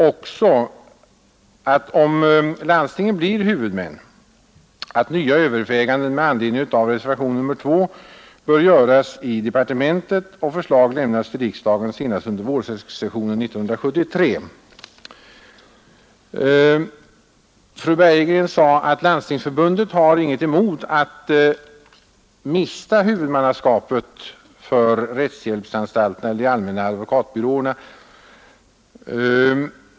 Om landstingen blir huvudmän innebär det också att nya överväganden med anledning av reservationen 2 bör göras i departementet och förslag lämnas till riksdagen senast under vårsessionen 1973. Fröken Bergegren sade att Landstingsförbundet inte har någonting emot att mista huvudmannaskapet för rättshjälpsanstalterna eller de allmänna advokatbyråerna.